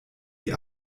die